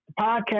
podcast